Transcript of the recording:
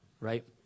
right